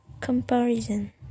comparison